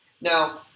Now